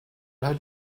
hat